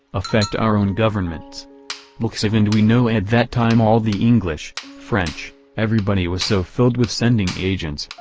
affect our own governments lxiv and we know at that time all the english, french everybody was so filled with sending agents,